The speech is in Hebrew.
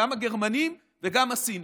גם הגרמנים וגם הסינים.